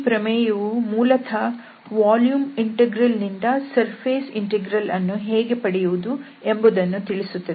ಈ ಪ್ರಮೇಯವು ಮೂಲತಃ ವಾಲ್ಯೂಮ್ ಇಂಟೆಗ್ರಲ್ ನಿಂದ ಸರ್ಫೇಸ್ ಇಂಟೆಗ್ರಲ್ ಅನ್ನು ಹೇಗೆ ಪಡೆಯುವುದು ಎಂಬುದನ್ನು ತಿಳಿಸುತ್ತದೆ